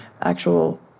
actual